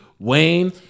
Wayne